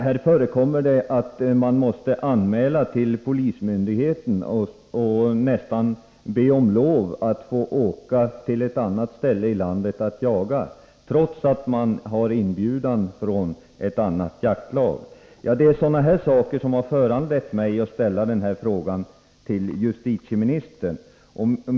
Det förekommer att jägaren hos polismyndigheten nästan måste be om lov att få åka till ett annat ställe i landet för att jaga, trots att han har inbjudan från jaktlaget i fråga. Det är sådana här saker som har föranlett mig att ställa denna fråga till justitieministern.